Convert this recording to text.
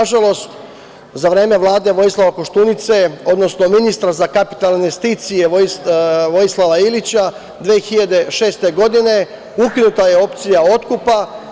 Na žalost za vreme Vlade Vojislava Koštunice, odnosno ministra za kapitalne investicije Vojislava Ilića, 2006. godine ukinuta je opcija otkupa.